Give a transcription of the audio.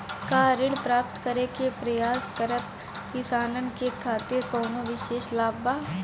का ऋण प्राप्त करे के प्रयास करत किसानन के खातिर कोनो विशेष लाभ बा